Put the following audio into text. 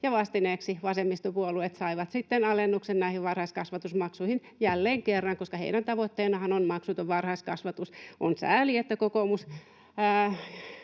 vastineeksi vasemmistopuolueet saivat sitten alennuksen näihin varhaiskasvatusmaksuihin, jälleen kerran, koska heidän tavoitteenahan on maksuton varhaiskasvatus. On sääli, että kokoomus,